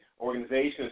organizations